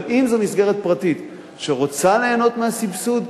אבל אם זו מסגרת פרטית שרוצה ליהנות מהסבסוד,